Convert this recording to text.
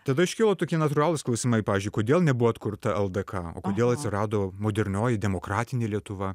tada iškilo tokie natūralūs klausimai pavyzdžiui kodėl nebuvo atkurta ldk o kodėl atsirado modernioji demokratinė lietuva